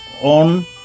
on